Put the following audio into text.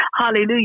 Hallelujah